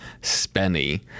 Spenny